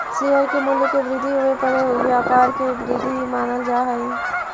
share के मूल्य के वृद्धि होवे पर व्यापार के वृद्धि मानल जा हइ